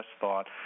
thought